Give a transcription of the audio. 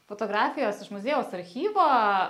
fotografijos iš muziejaus archyvo